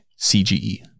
CGE